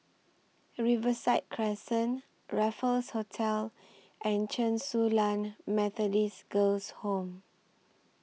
Riverside Crescent Raffles Hotel and Chen Su Lan Methodist Girls' Home